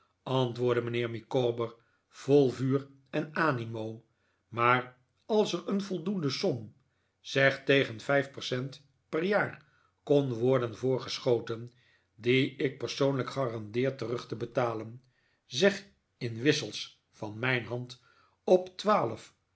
antwoordde mijnheer micawber vol vuur en animo maar als er een voldoende som zeg tegen vijf percent per jaar kon worden voorgeschoten die ik persoonlijk garandeer terug te betalen zeg in wissels van mijn hand op